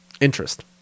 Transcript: interest